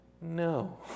No